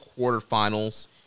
quarterfinals